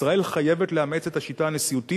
ישראל חייבת לאמץ את השיטה הנשיאותית,